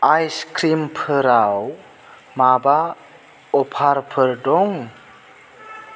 आईसक्रिमफोराव माबा अफारफोर दं